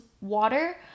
water